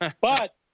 But-